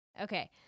Okay